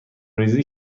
ریزی